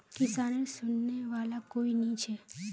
किसानेर सुनने वाला कोई नी छ